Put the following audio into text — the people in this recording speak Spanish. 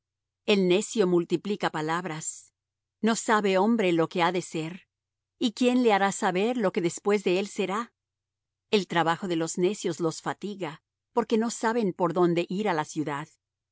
el necio multiplica palabras no sabe hombre lo que ha de ser y quién le hará saber lo que después de él será el trabajo de los necios los fatiga porque no saben por dónde ir á la ciudad